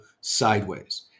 sideways